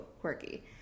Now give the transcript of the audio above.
Quirky